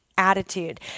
attitude